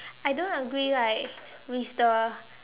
I don't agree like with the